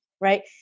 right